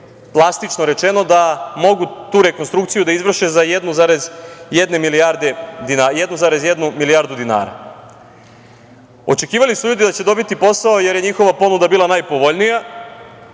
plastično rečeno, da mogu to rekonstrukciju da izvrše za 1,1 milijardu dinara. Očekivali su ljudi da će dobiti posao, jer je njihova ponuda bila najpovoljnija.